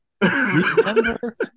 remember